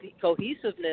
cohesiveness